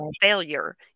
failure